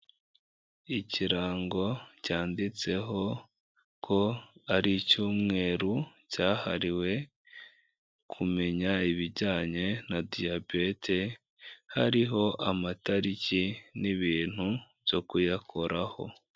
Ikirango cyanditseho ko ari icyumweru cyahariwe kumenya ibijyanye na diyabete, hariho amatariki n'ibintu byo kuyakoraho.